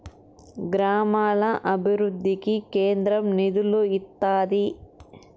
గ్రామాల అభివృద్ధికి కేంద్రం నిధులు ఇత్తాది